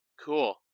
cool